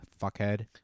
fuckhead